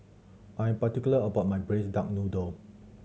I'm particular about my Braised Duck Noodle